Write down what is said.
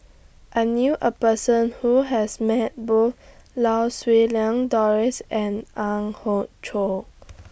I knew A Person Who has Met Both Lau Siew Lang Doris and Ang Hiong Chiok